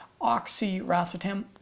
Oxyracetam